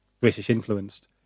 British-influenced